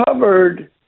covered